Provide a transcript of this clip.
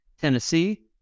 Tennessee